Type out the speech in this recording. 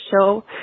show